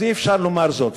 אז אי-אפשר לומר זאת.